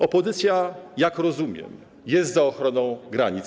Opozycja, jak rozumiem, jest za ochroną granic.